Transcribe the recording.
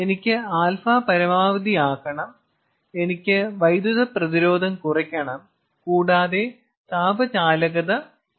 എനിക്ക് α പരമാവധിയാക്കണം എനിക്ക് വൈദ്യുത പ്രതിരോധം കുറയ്ക്കണം കൂടാതെ താപചാലകത കുറയ്ക്കണം